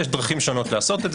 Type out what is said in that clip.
יש דרכים שונות לעשות את זה.